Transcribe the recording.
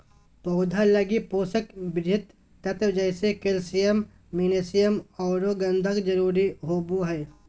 पौधा लगी पोषक वृहत तत्व जैसे कैल्सियम, मैग्नीशियम औरो गंधक जरुरी होबो हइ